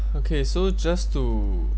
okay so just to